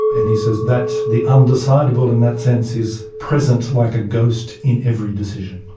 and he says that the undecidable in that sense is present like a ghost in every decision.